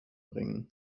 bringen